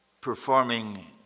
performing